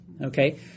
okay